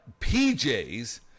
PJs